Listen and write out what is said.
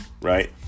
Right